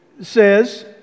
says